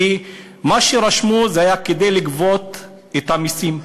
כי מה שרשמו זה היה כדי לגבות את המסים.